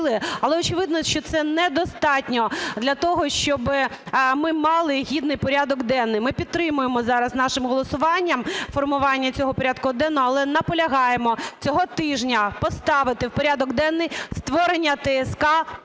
але, очевидно, що це недостатньо для того, щоб ми мали гідний порядок денний. Ми підтримаємо зараз нашим голосуванням формування цього порядку денного, але наполягаємо цього тижня поставити в порядок денний створення ТСК